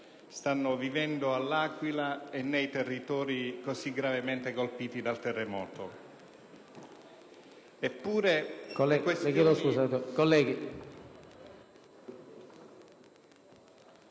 stanno vivendo a L'Aquila e nei territori così gravemente colpiti dal terremoto.